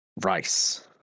rice